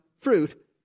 fruit